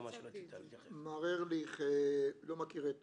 מר ארליך לא מכיר את